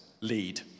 lead